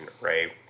right